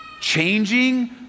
changing